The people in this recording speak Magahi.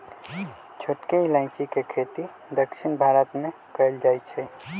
छोटकी इलाइजी के खेती दक्षिण भारत मे कएल जाए छै